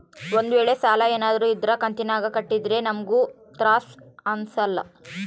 ಒಂದ್ವೇಳೆ ಸಾಲ ಏನಾದ್ರೂ ಇದ್ರ ಕಂತಿನಾಗ ಕಟ್ಟಿದ್ರೆ ನಮ್ಗೂ ತ್ರಾಸ್ ಅಂಸಲ್ಲ